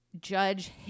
judge